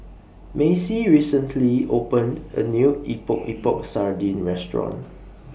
Macie recently opened A New Epok Epok Sardin Restaurant